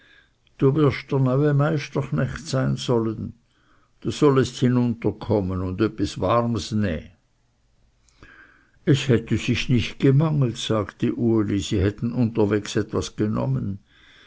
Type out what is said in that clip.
du wirst der neue meisterknecht sein sollen du sollest hinunterkommen und öppis warms näh es hätte sich nicht gemangelt sagte uli sie hätten unterwegs etwas genommen